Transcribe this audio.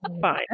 Fine